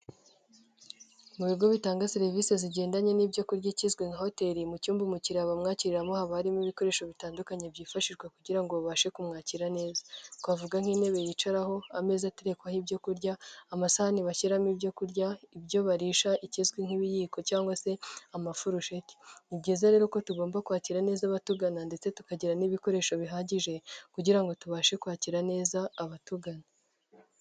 Mu bigo bitanga serivisi zigendanye n'ibyo kurya ikizwe nka hoteri mu cyumba umukiriya bamwakiriyeriramo hahaba harimo ibikoresho bitandukanye byifashishwa kugira ngo babashe kumwakira neza, twavuga nk'intebe yicaraho, ameza atekwaho ibyo kurya, amasahani bashyiramo ibyo kurya, ibyo barisha, ikizwi nk'ibiyiko cyangwa se amafurusheti; ni byiza rero ko tugomba kwakira neza abatugana ndetse tukagira n'ibikoresho bihagije kugira ngo tubashe kwakira neza abatugana.